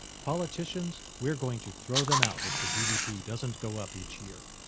politicians, we're going to throw them out if the gdp doesn't go up each year.